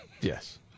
Yes